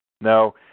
No